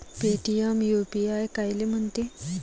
Paytm UPI कायले म्हनते?